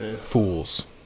Fools